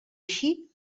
així